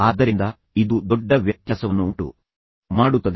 ಆದ್ದರಿಂದ ಇದು ದೊಡ್ಡ ವ್ಯತ್ಯಾಸವನ್ನುಂಟು ಮಾಡುತ್ತದೆ